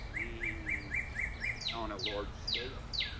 and on a large scale